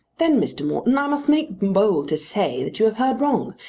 then, mr. morton, i must make bold to say that you have heard wrong.